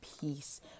peace